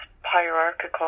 hierarchical